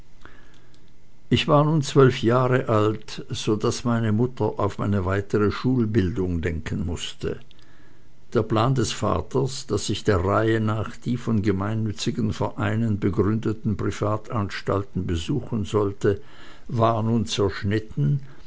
ich war nun zwölf jahre alt so daß meine mutter auf meine weitere schulbildung denken mußte der plan des vaters daß ich der reihe nach die von gemeinnützigen vereinen begründeten privatanstalten besuchen sollte war nun zerschnitten